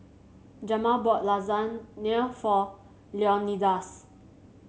Jamal bought Lasagne for Leonidas